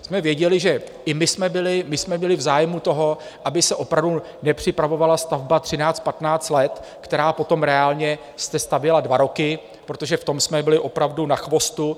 My jsme věděli, že i my jsme byli v zájmu toho, aby se opravdu nepřipravovala stavba třináct, patnáct let, která potom reálně se stavěla dva roky, protože v tom jsme byli opravdu na chvostu.